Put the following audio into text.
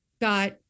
Got